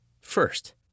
First